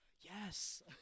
Yes